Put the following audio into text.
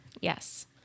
Yes